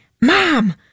Mom